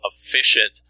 efficient